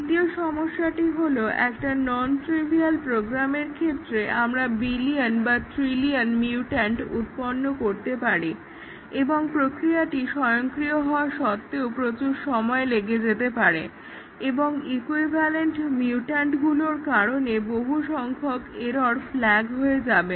দ্বিতীয় সমস্যাটি হলো একটা নন ট্রিভিয়াল প্রোগ্রামের ক্ষেত্রে আমরা বিলিয়ন বা ট্রিলিয়ন মিউট্যান্ট উৎপন্ন করতে পারি এবং প্রক্রিয়াটি স্বয়ংক্রিয় হওয়া সত্বেও প্রচুর সময় লেগে যেতে পারে এবং ইকুইভ্যালেন্ট মিউট্যান্টগুলোর কারনে বহুসংখ্যক এরর্ ফ্ল্যাগ হয়ে যাবে